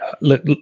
Look